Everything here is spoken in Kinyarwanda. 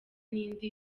n’indi